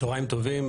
צוהריים טובים.